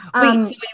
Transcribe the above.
Wait